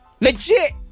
Legit